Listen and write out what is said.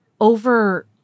over